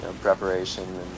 preparation